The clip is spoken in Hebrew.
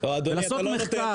ולעשות מחקר --- אדוני,